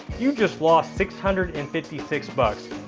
you just lost six hundred and fifty six bucks.